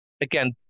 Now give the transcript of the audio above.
again